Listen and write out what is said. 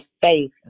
faith